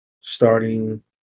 starting